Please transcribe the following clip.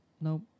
no